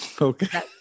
Okay